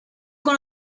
con